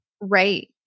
Right